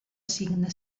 signe